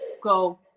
Go